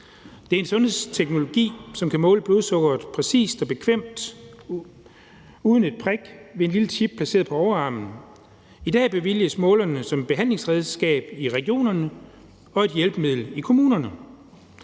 Det er en sundhedsteknologi, som kan måle blodsukkeret præcist og bekvemt uden et prik, men i stedet ved en lille chip placeret på overarmen. I dag bevilges målerne som behandlingsredskab i regionerne og som et hjælpemiddel i kommunerne.